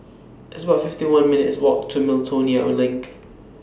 It's about fifty one minutes' Walk to Miltonia LINK